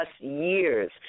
years